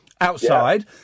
outside